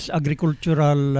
agricultural